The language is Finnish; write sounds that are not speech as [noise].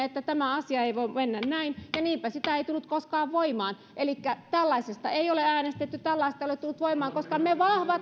[unintelligible] että tämä asia ei voi mennä näin ja niinpä se ei tullut koskaan voimaan elikkä tällaisesta ei ole äänestetty tällaista ei ole tullut voimaan koska me